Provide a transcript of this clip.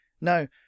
No